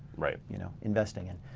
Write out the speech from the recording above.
right. you know, investing in.